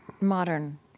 modern